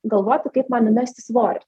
galvoti kaip man numesti svorio